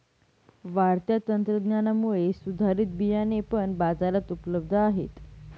वाढत्या तंत्रज्ञानामुळे सुधारित बियाणे पण बाजारात उपलब्ध आहेत